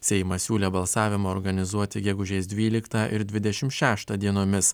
seimas siūlė balsavimą organizuoti gegužės dvyliktą ir dvidešimt šeštą dienomis